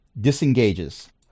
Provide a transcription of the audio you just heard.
disengages